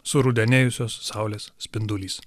surudenėjusios saulės spindulys